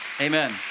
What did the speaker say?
Amen